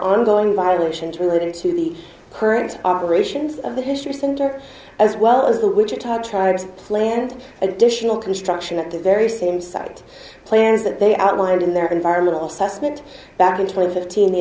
ongoing violations related to the current operations of the history center as well as the wichita tribes planned additional construction at the very same site plans that they outlined in their environmental assessment back in two thousand fifteen the